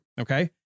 Okay